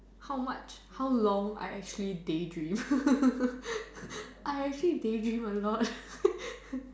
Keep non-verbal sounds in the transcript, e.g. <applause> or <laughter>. how much how long I actually day dream <laughs> I actually day dream a lot <laughs>